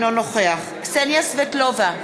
נגד קסניה סבטלובה,